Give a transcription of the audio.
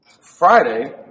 Friday